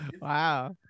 wow